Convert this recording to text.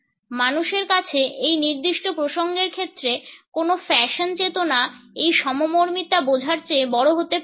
মানুষের কাছে এই নির্দিষ্ট প্রসঙ্গের ক্ষেত্রে কোন ফ্যাশন চেতনা এই সমমর্মিতা বোঝার চেয়ে বড় হতে পারে না